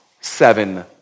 seven